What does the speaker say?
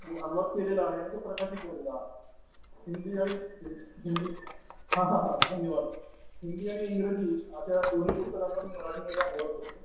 अनुवाद केलेला आहे आणि तो प्रकाशित झालेला आहे हिंदी आणि हिंदी हां हां हां धन्यवाद हिंदी आणि इंग्रजी अशा दोन्ही पुस्तकांचा मी मराठीमध्ये अनुवाद करतो